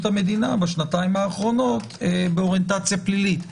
המדינה בשנתיים האחרונות באוריינטציה פלילית?